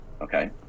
okay